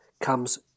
comes